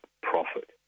profit